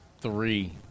three